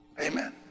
Amen